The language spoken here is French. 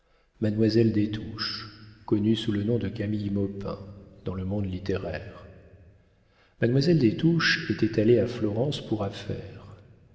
mademoiselle des touches connue sous le nom de camille maupin dans le monde littéraire mademoiselle des touches était allée à florence pour affaire